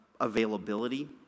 availability